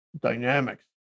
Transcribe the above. dynamics